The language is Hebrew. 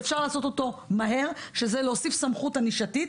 שאפשר לעשות אותו מהר שזה להוסיף סמכות ענישתית